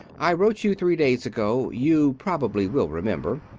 i wrote you three days ago you probably will remember.